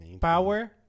Power